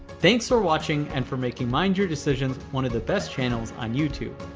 thanks for watching and for making mind your decisions one of the best channels on youtube.